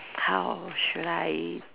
how should I